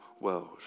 world